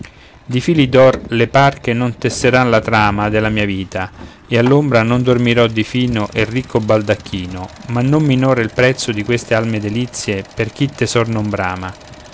di fili d'or le parche non tesseran la trama della mia vita e all'ombra non dormirò di fino e ricco baldacchino ma non minor è il prezzo di queste alme delizie per chi tesor non brama